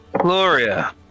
Gloria